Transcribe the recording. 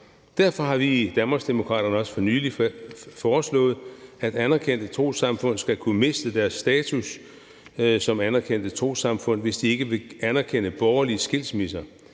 Derfor har vi i Danmarksdemokraterne også for nylig foreslået, at anerkendte trossamfund skal kunne miste deres status som anerkendte trossamfund, hvis de ikke vil anerkende borgerlige skilsmisser.